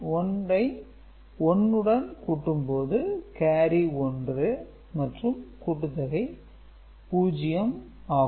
1 ஐ 1 உடன் கூட்டும்போது கேரி 1 மற்றும் கூட்டுத்தொகை 0 ஆகும்